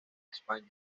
españa